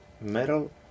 metal